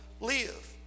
live